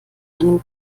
einem